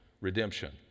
redemption